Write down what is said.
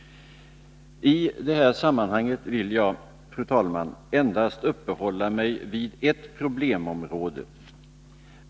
I detta sammanhang vill jag, fru talman, endast uppehålla mig vid ett problemområde.